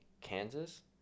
kansas